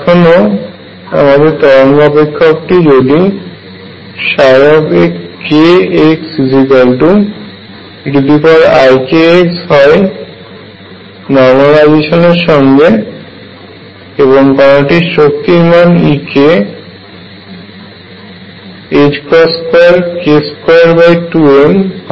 এখনো আমাদের তরঙ্গ অপেক্ষকটি যদি kxeikx হয় নরমালাইজেশন এর সঙ্গে এবং কণার শক্তি মান E 2k22m হয়